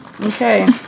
Okay